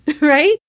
right